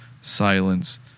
silence